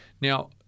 Now